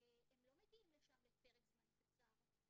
הם לא מגיעים לשם לפרק זמן קצר,